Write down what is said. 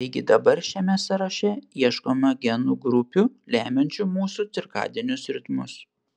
taigi dabar šiame sąraše ieškome genų grupių lemiančių mūsų cirkadinius ritmus